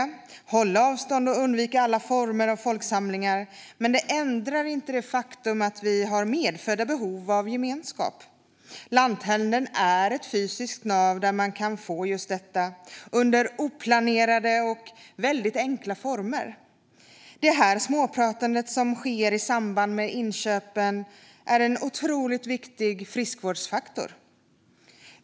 Vi måste hålla avstånd och undvika alla former av folksamlingar, men det ändrar inte det faktum att vi har medfödda behov av gemenskap. Lanthandeln är ett fysiskt nav där man kan få just detta, under oplanerade och väldigt enkla former. Det där småpratandet som sker i samband med inköpen är en otroligt viktig friskvårdsfaktor.